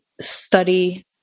study